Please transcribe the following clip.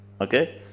Okay